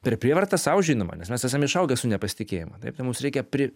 per prievartą sau žinoma nes mes esam išaugę su nepasitikėjimu taip ir mums reikia pri